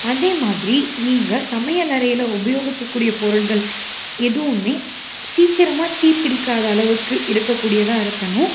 அதே மாதிரி நீங்கள் சமையல் அறையில் உபயோகிக்கக் கூடிய பொருட்கள் எதுவுமே சீக்கிரமாக தீப்பிடிக்காத அளவுக்கு இருக்கக்கூடியதாக இருக்கணும்